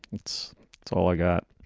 it's it's all i got.